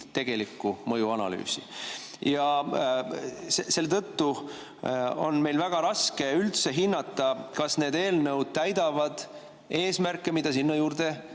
tegelikku mõjuanalüüsi. Selle tõttu on meil väga raske üldse hinnata, kas need eelnõud täidavad eesmärki, mida sinna juurde